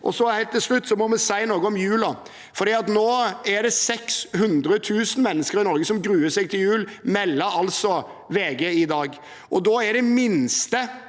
Helt til slutt må vi si noe om julen. Nå er det 600 000 mennesker i Norge som gruer seg til jul, melder VG i dag. Da er det minste,